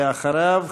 ואחריו,